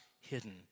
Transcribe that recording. hidden